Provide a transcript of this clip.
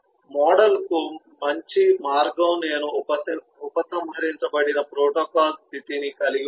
మోడల్కు మంచి మార్గం నేను ఉపసంహరించబడిన ప్రోటోకాల్ స్థితిని కలిగి ఉంటుంది